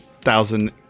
thousand